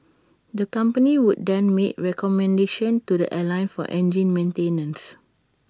the company would then make recommendations to the airline for engine maintenance